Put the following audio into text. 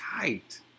tight